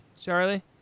Charlie